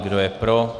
Kdo je pro?